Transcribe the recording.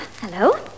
hello